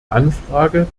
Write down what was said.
anfrage